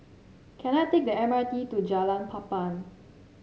can I take the M R T to Jalan Papan